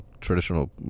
Traditional